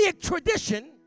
tradition